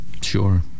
Sure